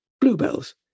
Bluebells